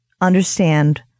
understand